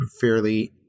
fairly